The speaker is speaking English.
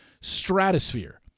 stratosphere